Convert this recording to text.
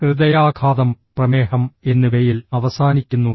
ഹൃദയാഘാതം പ്രമേഹം എന്നിവയിൽ അവസാനിക്കുന്നു